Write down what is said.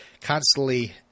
constantly